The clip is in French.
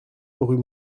rue